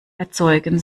erzeugen